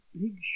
big